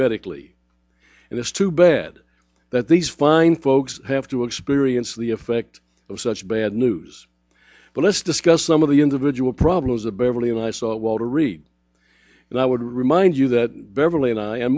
medically and it's too bad that these fine folks have to experience the effect of such bad news but let's discuss some of the individual problems of beverly and i saw walter reed and i would remind you that beverly and i a